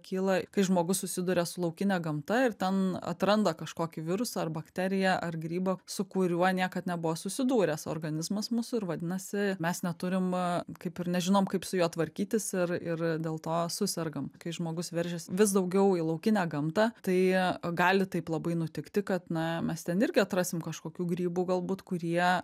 kyla kai žmogus susiduria su laukine gamta ir ten atranda kažkokį virusą ar bakteriją ar grybą su kuriuo niekad nebuvo susidūręs organizmas mūsų ir vadinasi mes neturim kaip ir nežinom kaip su juo tvarkytis ir ir dėl to susergam kai žmogus veržiasi vis daugiau į laukinę gamtą tai gali taip labai nutikti kad na mes ten irgi atrasim kažkokių grybų galbūt kurie